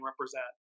represent